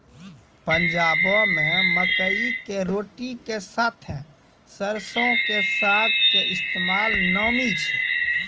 पंजाबो मे मकई के रोटी के साथे सरसो के साग के इस्तेमाल नामी छै